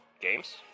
Games